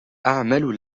أعمل